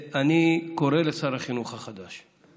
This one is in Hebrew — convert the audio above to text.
אני קורא לשר החינוך החדש: